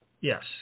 yes